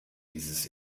dieses